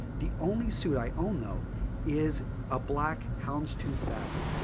the only suit i own though is a black houndstooth fabric,